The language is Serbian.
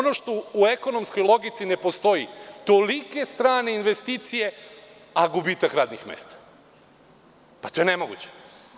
Ono što u ekonomskoj logici ne postoji, tolike strane investicije a gubitak radnih mesta, to je nemoguće.